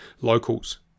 locals